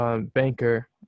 banker